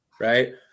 right